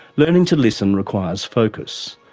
learning to listen requires focus.